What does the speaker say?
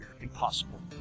Impossible